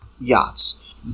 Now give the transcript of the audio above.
yachts